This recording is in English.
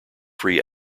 free